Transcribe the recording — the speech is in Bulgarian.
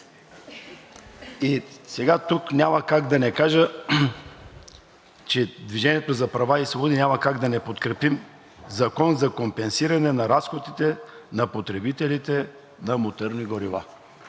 Сега тук няма как да не кажа, че от „Движение за права и свободи“ няма как да не подкрепим Закона за компенсиране на разходите на потребителите на моторни горива.